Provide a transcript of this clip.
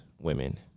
women